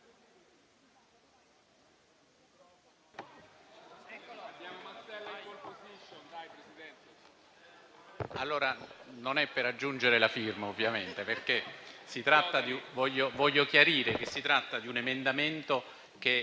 non è per aggiungere la firma ovviamente, ma voglio chiarire che si tratta di un emendamento che